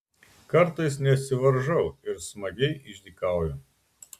kartais nesivaržau ir smagiai išdykauju